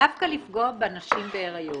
דווקא לפגוע בנשים בהריון.